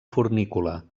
fornícula